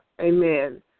amen